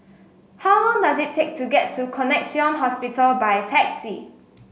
how long does it take to get to Connexion Hospital by taxi